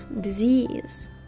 disease